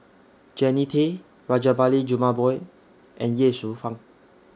Jannie Tay Rajabali Jumabhoy and Ye Shufang